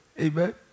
amen